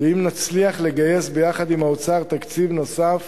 אם נצליח לגייס ביחד עם האוצר תקציב נוסף